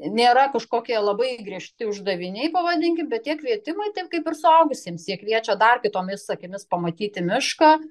nėra kažkokie labai griežti uždaviniai pavadinkim bet tie kvietimai ten kaip ir suaugusiems jie kviečia dar kitomis akimis pamatyti mišką